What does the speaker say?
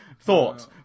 thought